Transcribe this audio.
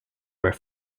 where